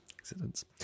Accidents